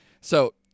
So-